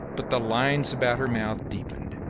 but the lines about her mouth deepened.